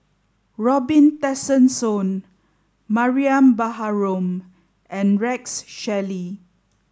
Robin Tessensohn Mariam Baharom and Rex Shelley